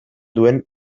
duen